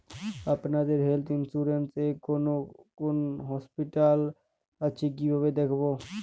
আপনাদের health insurance এ কোন কোন হসপিটাল আছে কিভাবে দেখবো?